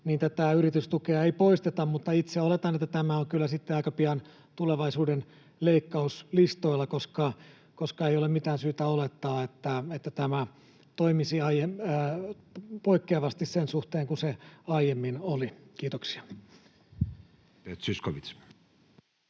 tätä yritystukea ei poisteta. Itse oletan, että tämä on kyllä sitten aika pian tulevaisuuden leikkauslistoilla, koska ei ole mitään syytä olettaa, että tämä toimisi poikkeavasti sen suhteen kuin se aiemmin oli. — Kiitoksia.